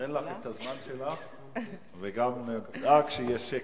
הזמן שלך וגם נדאג שיהיה שקט,